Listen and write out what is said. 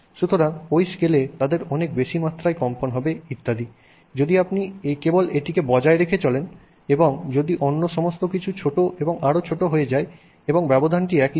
সুতরাং ওই স্কেলে তাদের অনেক বেশি মাত্রায় কম্পন হবে ইত্যাদি যদি আপনি কেবল এটিকে বজায় রেখে চলেন এবং যদি অন্য সমস্ত কিছু ছোট এবং আরও ছোট হয়ে যায় এবং ব্যবধানটি একই থাকে